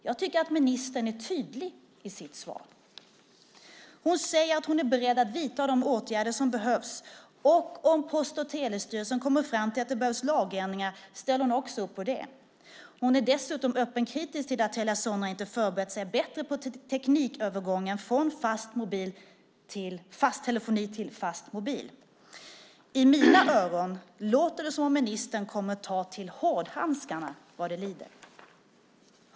Jag tycker att ministern är tydlig i sitt svar. Hon säger att hon är beredd att vidta de åtgärder som behövs, och om Post och telestyrelsen kommer fram till att det behövs lagändringar ställer hon också upp på det. Hon är dessutom öppet kritisk till att Telia Sonera inte har förberett sig bättre på teknikövergången från fast telefoni till fastmobil. I mina öron låter det som om ministern kommer att ta till hårdhandskarna vad det lider.